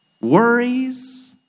Worries